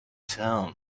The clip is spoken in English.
town